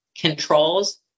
controls